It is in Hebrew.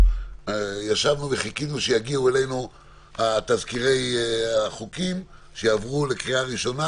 ישבנו וחיכינו שיגיעו אלינו תזכירי החוקים שיעברו לקריאה ראשונה.